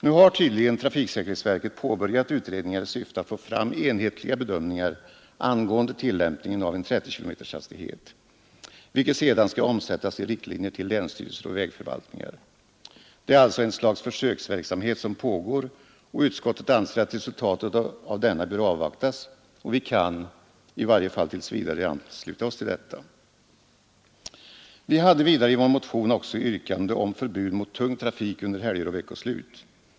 Nu har tydligen trafiksäkerhetsverket påbörjat utredningar i syfte att få fram enhetliga bedömningar angående tillämpningen av en 30-kilometershastighet, vilket sedan skall omsättas i riktlinjer till länsstyrelser och vägförvaltningar. Det är alltså ett slags försöksverksamhet som pågår. Utskottet anser att resultaten av denna bör avvaktas, och vi kan — i varje fall tills vidare — ansluta oss till detta. I vår motion finns också yrkande om förbud mot tung trafik under helger och veckoslut.